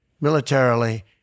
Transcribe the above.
militarily